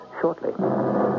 shortly